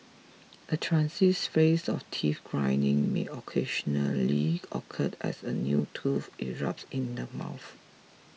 a transient phase of teeth grinding may occasionally occured as a new tooth erupts in the mouth